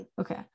Okay